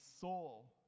soul